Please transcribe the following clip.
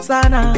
Sana